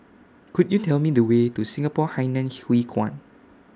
Could YOU Tell Me The Way to Singapore Hainan Hwee Kuan